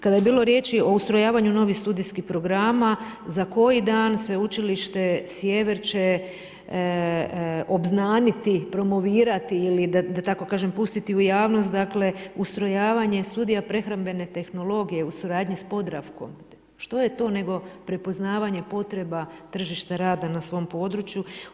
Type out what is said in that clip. Kada je bilo riječ je o ustrojavanju novih studijskih programa, za koji dan Sveučilište Sjever će obznaniti, promovirati ili da tako kažem, pustiti u javnost dakle, ustrojavanje studije prehrambene tehnologije u suradnji s Podravkom, što je to nego prepoznavanje potreba tržište rada na svom području.